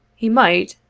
he might,